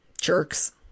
Jerks